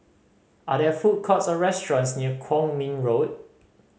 are there food courts or restaurants near Kwong Min Road